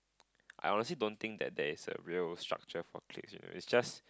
I honestly don't think that there is a real structure for cliques you know it's just